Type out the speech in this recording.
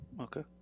okay